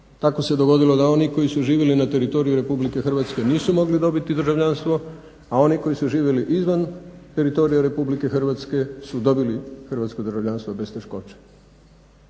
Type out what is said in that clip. Tako se dogodilo da oni koji su živjeli na teritoriju Republike Hrvatske nisu mogli dobiti državljanstvo, a oni koji su živjeli izvan teritorija Republike Hrvatske su dobili hrvatsko državljanstvo bez teškoća.